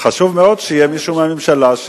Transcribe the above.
חשוב מאוד שיהיה מישהו מהממשלה,